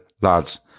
lads